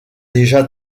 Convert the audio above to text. déjà